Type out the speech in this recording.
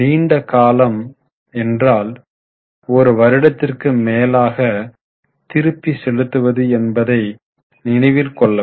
நீண்ட காலம் என்றால் ஒரு வருடத்திற்கு மேலாக திருப்பி செலுத்துவது என்பதை நினைவில் கொள்ளவும்